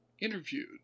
interviewed